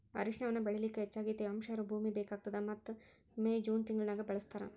ಅರಿಶಿಣವನ್ನ ಬೆಳಿಲಿಕ ಹೆಚ್ಚಗಿ ತೇವಾಂಶ ಇರೋ ಭೂಮಿ ಬೇಕಾಗತದ ಮತ್ತ ಮೇ, ಜೂನ್ ತಿಂಗಳನ್ಯಾಗ ಬೆಳಿಸ್ತಾರ